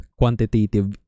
quantitative